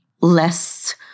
less